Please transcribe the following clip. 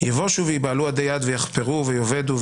יבושו וייבהלו עדי-עד, ויחפרו ויאבדו.